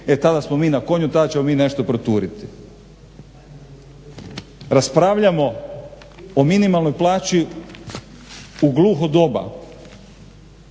e tada smo mi na konju, tada ćemo mi nešto proturiti. Raspravljamo o minimalnoj plaći u gluho doba,